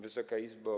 Wysoka Izbo!